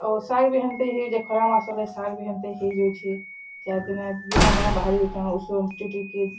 ଆଉ ଶାଗ୍ ବି ହେନ୍ତା ହେଇଛେ ଖରା ମାସର୍ ଲାଗି ଶାଗ୍ ବି ହେନ୍ତି ହେଇଯାଉଛେ ଚାର୍ ଦିନେ ବିହନ୍ମାନେ ବାହାରି ହଉଛନ୍ ଉଷ ମିଟି